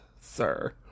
sir